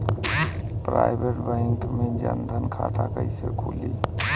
Private bank मे जन धन खाता कैसे खुली?